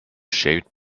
shaped